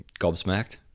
Gobsmacked